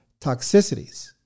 toxicities